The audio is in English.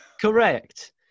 Correct